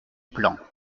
plan